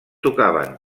tocaven